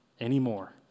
anymore